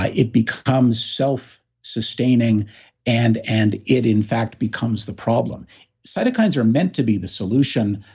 ah it becomes self-sustaining, and and it, in fact, becomes the problem cytokines are meant to be the solution,